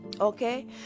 okay